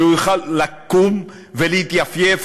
והוא יכול לקום ולהתייפייף.